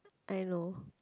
I know